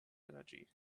energy